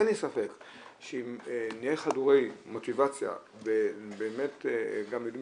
אין לי ספק שאם נהיה חדורי מוטיבציה ובאמת גם יודעים